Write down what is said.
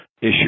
issue